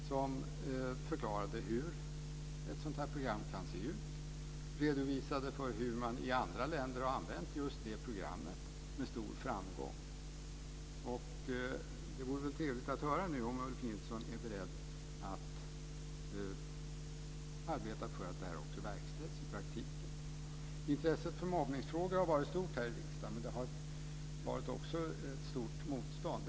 De förklarade hur ett sådant program kan se ut. De redovisade för hur man i andra länder med stor framgång har använt det programmet. Det vore trevligt att höra om Ulf Nilsson är beredd att arbeta för att detta verkställs i praktiken. Intresset för mobbningsfrågor har varit stort i riksdagen, men det har också varit ett stort motstånd.